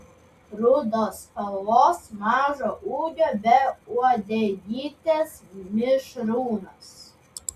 rudos spalvos mažo ūgio be uodegytės mišrūnas